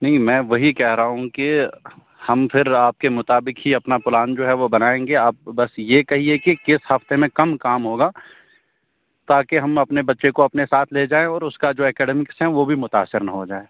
نہیں میں وہی کہہ رہا ہوں کہ ہم پھر آپ کے مطابق ہی اپنا پلان جو ہے وہ بنائیں گے آپ بس یہ کہیے کہ کس ہفتے میں کم کام ہوگا تاکہ ہم اپنے بچے کو اپنے ساتھ لے جائیں اور اس کا جو ہے اکیڈمکس ہے وہ بھی متاثر نہ ہو جائے